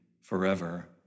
forever